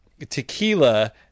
tequila